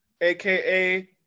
aka